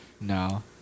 No